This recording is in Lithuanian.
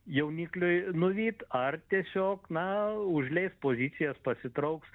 jaunikliui nuvyt ar tiesiog na užleis pozicijas pasitrauks